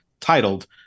titled